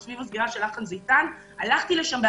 סביב הסגירה של "לחן זיתן": הלכתי לשם בעצמי,